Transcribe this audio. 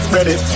Ready